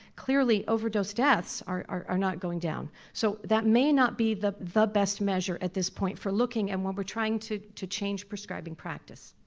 clearly overdose deaths are not going down. so that may not be the the best measure at this point for looking and when we're trying to to change prescribing practice.